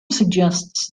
suggests